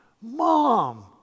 Mom